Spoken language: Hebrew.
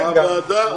כבר.